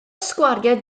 sgwariau